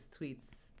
tweets